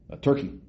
turkey